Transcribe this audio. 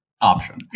option